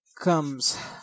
comes